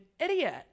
idiot